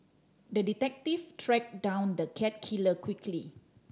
the detective tracked down the cat killer quickly